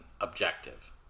objective